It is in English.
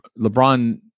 LeBron